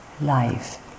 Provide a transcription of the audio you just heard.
life